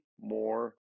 more